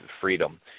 freedom